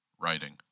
writing